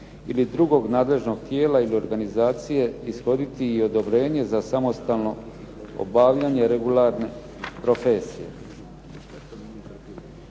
ili od nadležnog tijela ili organizacije ishoditi odobrenje za samostalnog obavljanje regularne profesije.